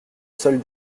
seule